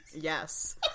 Yes